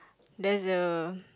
there's a